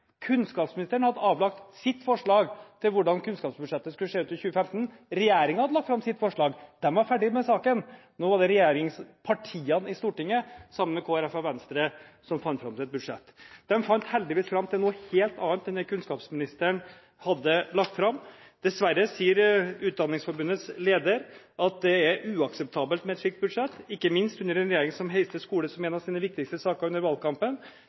Kunnskapsministeren hadde avlagt sitt forslag til hvordan kunnskapsbudsjettet skulle se ut i 2015. Regjeringen hadde lagt fram sitt forslag. Den var ferdig med saken. Nå var det regjeringspartiene i Stortinget, sammen med Kristelig Folkeparti og Venstre, som kom fram til et budsjett. De kom heldigvis fram til noe helt annet enn det kunnskapsministeren hadde lagt fram. Dessverre sier Utdanningsforbundets leder at det er uakseptabelt med et slikt budsjett – ikke minst under en regjering som heiste skole som en av sine viktigste saker under valgkampen.